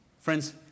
Friends